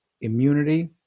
immunity